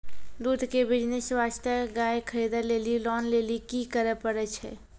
दूध के बिज़नेस वास्ते गाय खरीदे लेली लोन लेली की करे पड़ै छै?